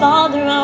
Father